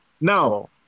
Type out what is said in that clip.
Now